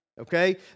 okay